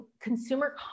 consumer